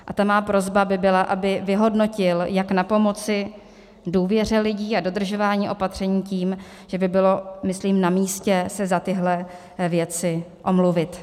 A ta má prosba by byla, aby vyhodnotil, jak napomoci důvěře lidí a dodržování opatření tím, že by bylo, myslím, namístě se za tyhle věci omluvit.